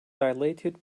dilated